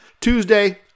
Tuesday